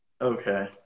Okay